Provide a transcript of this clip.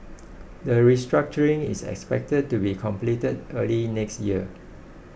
the restructuring is expected to be completed early next year